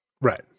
right